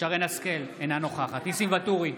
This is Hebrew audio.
שרן מרים השכל, אינה נוכחת ניסים ואטורי,